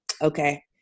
okay